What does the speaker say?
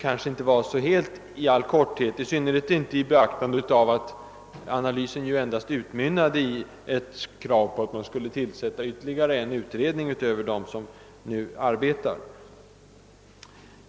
Hans analys var kanske inte så särskilt kortfattad, i synnerhet som den endast utmynnade i ett krav på att man skulle tillsätta ytterligare en utredning utöver dem som redan arbetar.